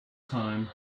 time